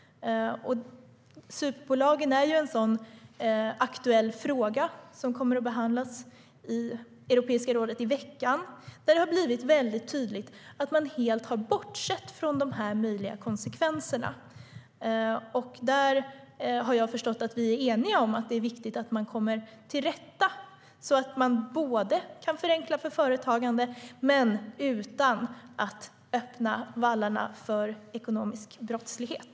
SUP-bolagen är en aktuell fråga, som kommer att behandlas i Europeiska rådet i veckan, där det är tydligt att man helt har bortsett från dessa möjliga konsekvenser. Jag har förstått att vi är eniga om att det är viktigt att man kommer till rätta med detta så att man kan förenkla för företagande utan att öppna vallarna för ekonomisk brottslighet.